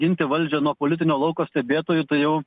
ginti valdžią nuo politinio lauko stebėtojų tai jau